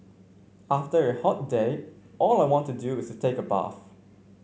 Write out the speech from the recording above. after a hot day all I want to do is take a bath